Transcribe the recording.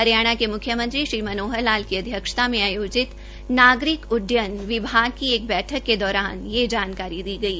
हरियाणा के म्ख्यमंत्री श्री मनोहर लाल की अध्यक्षता में आयोजित नागरिक उड्डयन विभाग की एक बैठक के दौरान यह जानकारी दी गई